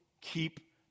keep